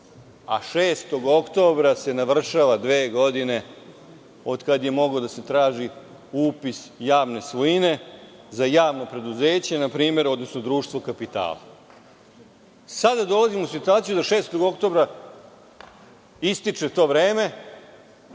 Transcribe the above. a 6. oktobra se navršava dve godine od kad je mogao da se traži upis javne svojine za javno preduzeće npr, odnosno društvo kapitala. Sada dolazimo u situaciju da 6. oktobra ističe to vreme.